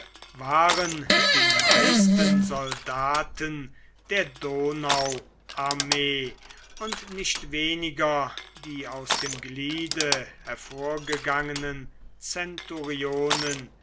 waren die meisten soldaten der donauarmee und nicht weniger die aus dem gliede hervorgegangenen